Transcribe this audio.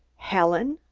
helen!